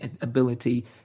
ability